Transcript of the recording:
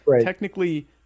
technically